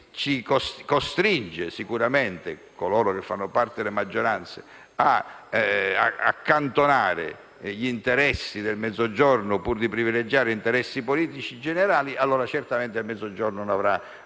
che costringono coloro che fanno parte della maggioranza ad accantonare gli interessi del Mezzogiorno pur di privilegiare gli interessi politici generali, sicuramente il Mezzogiorno non avrà alcuna